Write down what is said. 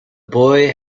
boy